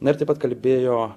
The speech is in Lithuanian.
na ir taip pat kalbėjo